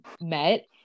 met